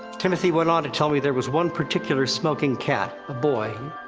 timothy went on to tell me there was one particular smoking cat. a boy,